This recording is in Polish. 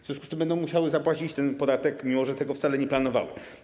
W związku z tym będą musiały zapłacić ten podatek, mimo że tego wcale nie planowały.